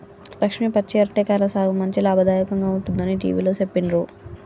లక్ష్మి పచ్చి అరటి కాయల సాగు మంచి లాభదాయకంగా ఉంటుందని టివిలో సెప్పిండ్రు